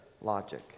logic